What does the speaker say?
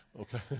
Okay